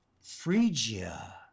Phrygia